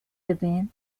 event